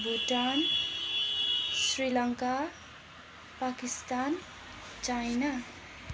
Bhutan Sri Lanka Pakistan China